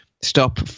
stop